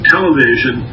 Television